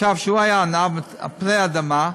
הוא היה עניו על פני האדמה,